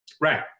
Right